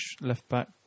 left-back